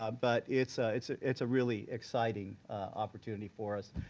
ah but it's ah it's ah it's a really exciting opportunity for us.